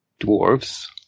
dwarves